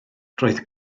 roedd